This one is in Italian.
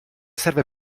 serve